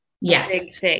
yes